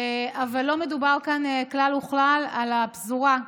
אבל לא מדובר כאן כלל וכלל על הפזורה,